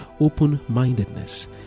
open-mindedness